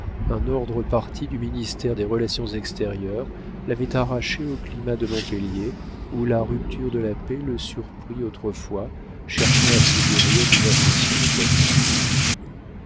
un ordre parti du ministère des relations extérieures l'avait arraché au climat de montpellier où la rupture de la paix le surprit autrefois cherchant à se guérir d'une affection de poitrine